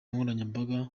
nkoranyambaga